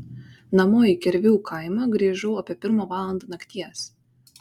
namo į kervių kaimą grįžau apie pirmą valandą nakties